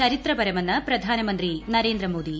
ചരിത്രപരമെന്ന് പ്രധാനമന്ത്രി നരേന്ദ്രമോദി